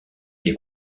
des